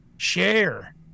Share